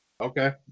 Okay